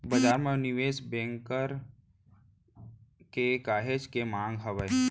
बजार म निवेस बेंकर के काहेच के मांग हावय